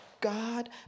God